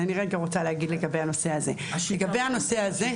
לגבי הנושא הזה,